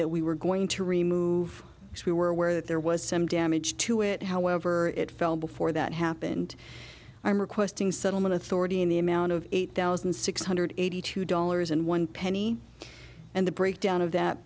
that we were going to remove because we were aware that there was some damage to it however it fell before that happened i am requesting settlement authority in the amount of eight thousand six hundred eighty two dollars and one penny and the breakdown of that